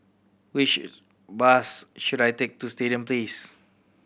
which bus should I take to Stadium Place